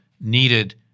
needed